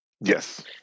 Yes